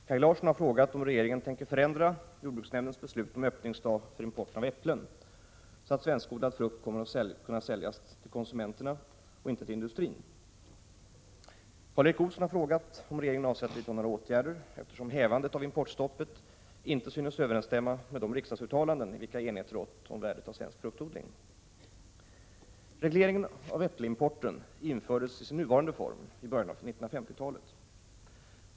Herr talman! Kaj Larsson har frågat om regeringen tänker förändra jordbruksnämndens beslut om öppningsdag för importen av äpplen så att svenskodlad frukt kommer att säljas till konsumenterna och inte till industrin. Karl Erik Olsson har frågat om regeringen avser att vidta några åtgärder, eftersom hävandet av importstoppet inte synes överensstämma med de riksdagsuttalanden i vilka enighet rått om värdet av svensk 17 fruktodling. Regleringen av äppelimporten infördes i sin nuvarande form i början av 1950-talet.